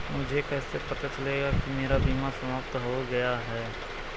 मुझे कैसे पता चलेगा कि मेरा बीमा समाप्त हो गया है?